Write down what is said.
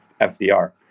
FDR